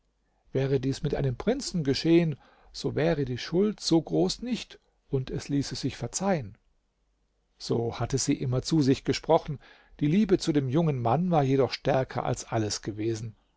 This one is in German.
wäre dies mit einem prinzen geschehen so wäre die schuld so groß nicht und es ließe sich verzeihen so hatte sie immer zu sich gesprochen die liebe zu dem jungen mann war jedoch stärker als alles gewesen